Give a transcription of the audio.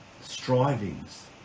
strivings